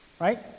Right